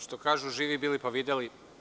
Što kažu, živi bili pa videli.